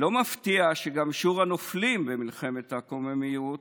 לא מפתיע שגם שיעור הנופלים במלחמת הקוממיות